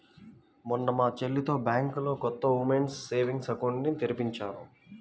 మొన్న మా చెల్లితో బ్యాంకులో కొత్త ఉమెన్స్ సేవింగ్స్ అకౌంట్ ని తెరిపించాను